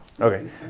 Okay